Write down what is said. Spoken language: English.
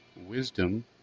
Wisdom